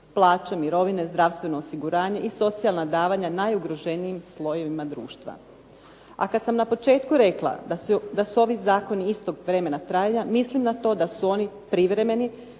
plaće, mirovine, zdravstveno osiguranje i socijalna davanja najugroženijim slojevima društva. A kada sam na početku rekla da su ovi zakoni istog vremena trajanja, mislim na to da su oni privremeni,